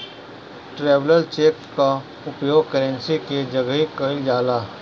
traveller cheque कअ उपयोग currency के जगही कईल जाला